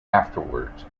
afterwards